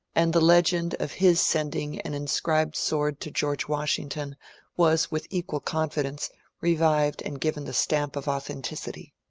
and the legend of his sending an inscribed sword to george washington was with equal confi dence revived and given the stamp of authenticity.